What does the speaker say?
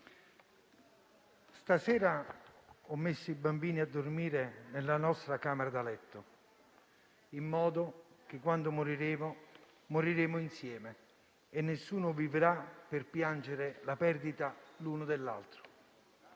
stasera ho messo i bambini a dormire nella nostra camera da letto, in modo che quando moriremo, moriremo insieme e nessuno vivrà per piangere la perdita l'uno dell'altro.